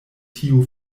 tiu